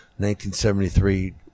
1973